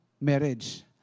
marriage